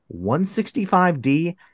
165D